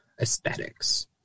aesthetics